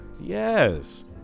Yes